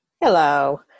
Hello